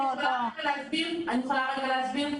אני יכולה להסביר?